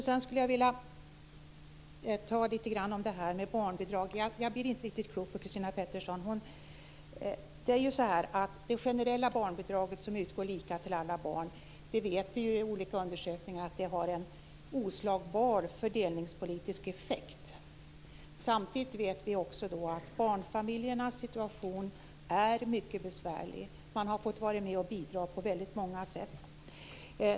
Sedan skulle jag vilja tala litet om det här med barnbidrag. Jag blir inte riktigt klok på Christina Pettersson. Vi vet ju genom olika undersökningar att det generella barnbidraget som utgår lika till alla barn har en oslagbar fördelningspolitisk effekt. Samtidigt vet vi att barnfamiljernas situation är mycket besvärlig. Man har fått vara med och bidra på väldigt många sätt.